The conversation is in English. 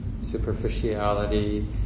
superficiality